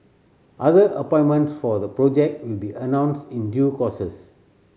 other appointments for the project will be announced in due courses